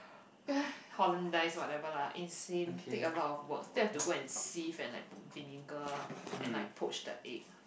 Hollandaise whatever lah insane take a lot of work still have to go and sieve and put vinegar and like poach the egg